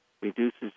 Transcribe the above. reduces